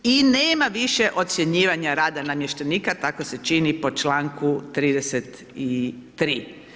I nema više ocjenjivanja rada namještenika, tako se čini po čl. 33.